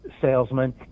salesman